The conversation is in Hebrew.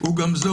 הוא גם זול.